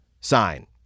sign